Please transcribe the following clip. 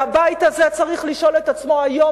הבית הזה צריך לשאול את עצמו היום,